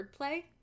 wordplay